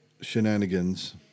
shenanigans